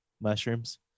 Mushrooms